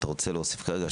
אם אתה רוצה להוסיף כרגע,